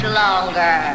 longer